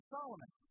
Solomon